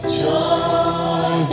joy